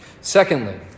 Secondly